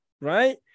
right